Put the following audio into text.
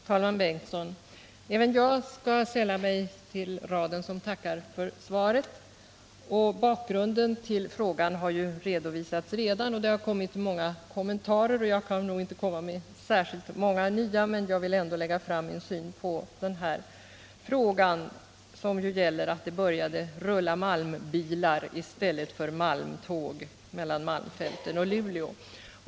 Herr talman! Även jag skall sälla mig till raden av frågeställare som tackar för svaret. Bakgrunden till frågorna har ju redan redovisats. Det har gjorts en rad kommentarer, och jag kan nog inte komma med särskilt många nya. Men jag vill lägga fram min syn på den här frågan, som ju gäller att det började rulla malmbilar i stället för malmtåg mellan malmfälten och Luleå.